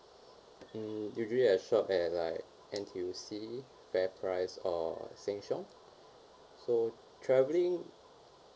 mm usually I shop at like N_T_U_C fairprice or sheng siong so travelling